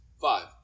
Five